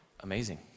Amazing